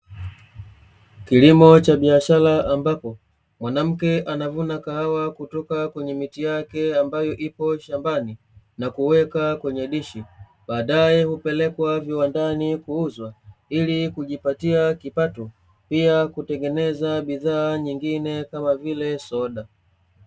Kilimo cha biashara ambapo, mwanamke anavuna kahawa kutoka kwenye miti yake ambayo ipo shambani, na kuweka kwenye dishi. Baadaye hupelekwa viwandani kuuzwa, ili kujipatia kipato, pia kutengeneza bidhaa nyingine kama vile soda.